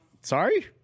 Sorry